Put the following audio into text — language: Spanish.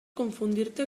confundirte